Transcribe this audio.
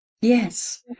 Yes